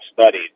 studied